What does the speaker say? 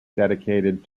dedicated